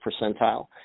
percentile